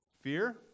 fear